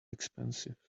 expensive